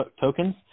tokens